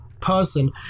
person